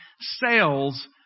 sales